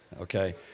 Okay